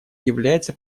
является